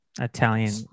Italian